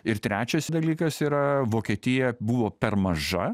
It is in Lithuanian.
ir trečias dalykas yra vokietija buvo per maža